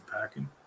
packing